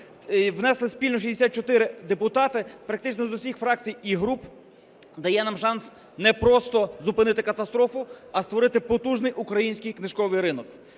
внесли спільно 64 депутати, практично з усіх фракцій і груп, дає нам шанс не просто зупинити катастрофу, а створити потужний український книжковий ринок.